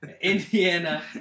Indiana